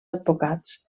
advocats